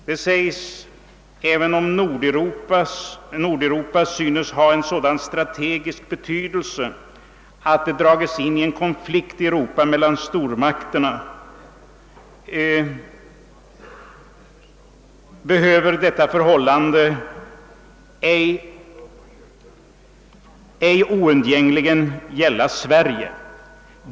Där sägs: »Ääven om Nordeuropa synes ha en sådan strategisk betydelse att det drages in i en konflikt i Europa mellan stormakterna behöver detta förhållande ej oundgängligen gälla Sverige.